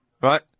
Right